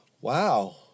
Wow